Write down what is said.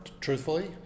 truthfully